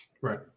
Right